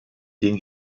den